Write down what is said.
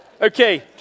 Okay